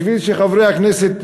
בשביל שחברי הכנסת,